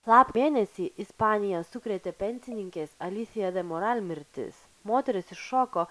lap mėnesį ispaniją sukrėtė pensininkės alisija de moral mirtis moteris iššoko